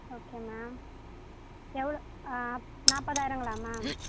okay ma'am எவ்வளோ ஆ நாற்பதாயிரங்களா மேம்